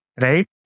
Right